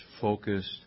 focused